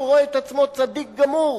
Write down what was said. שהוא רואה את עצמו צדיק גמור,